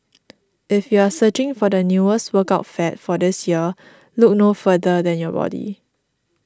if you are searching for the newest workout fad for this year look no further than your body